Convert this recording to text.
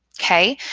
okay.